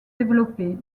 développé